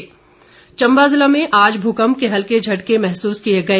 भुकम्प चम्बा जिला में आज भूकम्प के हल्के झटके महसूस किए गए